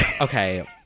Okay